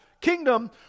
kingdom